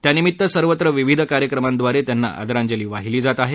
त्यानिमित्त सर्वत्र विविध कार्यक्रमांद्वारे त्यांना आदराजली वाहिली जात आहे